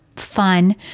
Fun